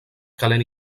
calent